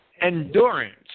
endurance